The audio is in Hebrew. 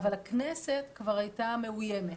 אבל הכנסת כבר הייתה מאוימת,